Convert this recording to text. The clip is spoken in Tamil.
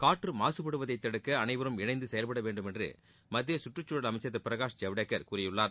காற்று மாசுபடுவதை தடுக்க அனைவரும் இணைந்து செயல்படவேண்டும் என்று மத்திய சுற்றுச்சூழல் அமைச்சர் திரு பிரகாஷ் ஜவ்டேகர் கூறியுள்ளார்